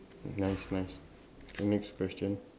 nice nice next question